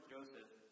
Joseph